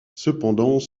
cependant